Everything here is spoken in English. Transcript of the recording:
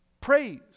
praise